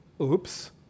Oops